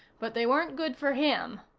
but they weren't good for him.